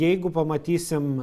jeigu pamatysim